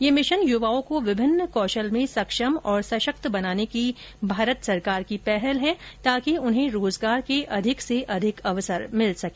ये मिशन युवाओं को विभिन्न कौशल में सक्षम और सशकक्त बनाने की भारत सरकार की पहल है ताकि उन्हें रोजगार के अधिक से अधिक अवसर मिल सके